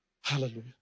Hallelujah